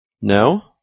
No